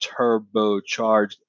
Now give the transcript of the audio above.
Turbocharged